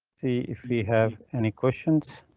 see if we have any questions.